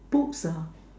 books ah